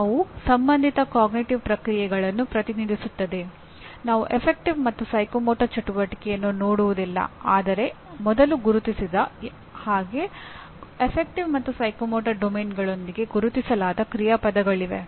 ತಂತ್ರಜ್ಞಾನಗಳು ಬದಲಾದಂತೆ ಅವಶ್ಯಕತೆಗಳು ಬದಲಾದಂತೆ ಉತ್ತಮ ಎಂಜಿನಿಯರ್ನಲ್ಲಿ ಕಾಣುವಂತಹ ಲಕ್ಷಣಗಳು ಕೂಡ ಸಮಯದೊಂದಿಗೆ ಬದಲಾಗುತ್ತಿರಬಹುದು